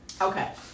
Okay